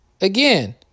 again